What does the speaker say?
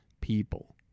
people